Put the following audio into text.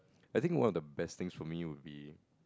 I think one of the best things for me would be